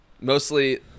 mostly